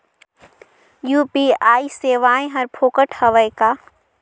UPI सेवाएं हर फोकट हवय का?